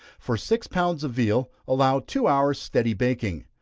for six pounds of veal, allow two hours' steady baking.